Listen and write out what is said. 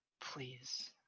Please